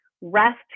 rest